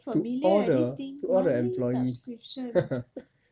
to all the to all the employees